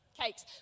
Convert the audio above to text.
Cakes